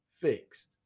fixed